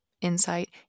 insight